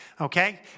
Okay